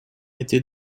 était